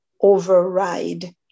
override